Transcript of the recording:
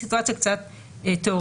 סיטואציה קצת תיאורטית.